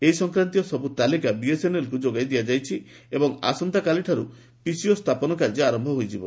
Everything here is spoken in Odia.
ଏହି ସଂକ୍ରାନ୍ତୀୟ ସବୁ ତାଲିକା ବିଏସ୍ଏନ୍ଏଲ୍କୁ ଯୋଗାଇ ଦିଆଯାଇଛି ଏବଂ ଆସନ୍ତାକାଲିଠାରୁ ପିସିଓ ସ୍ଥାପନ କାର୍ଯ୍ୟ ଆରମ୍ଭ ହୋଇଯିବ